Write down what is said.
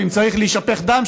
ואם צריך להישפך דם,